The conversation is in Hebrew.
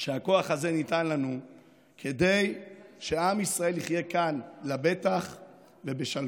שהכוח הזה ניתן לנו כדי שעם ישראל יחיה כאן לבטח ובשלווה.